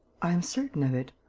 i am certain of it.